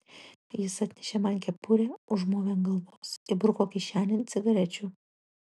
jis atnešė man kepurę užmovė ant galvos įbruko kišenėn cigarečių